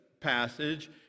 passage